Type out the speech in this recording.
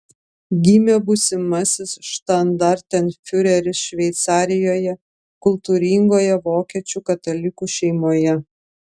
gimė būsimasis štandartenfiureris šveicarijoje kultūringoje vokiečių katalikų šeimoje